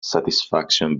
satisfaction